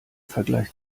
vergleich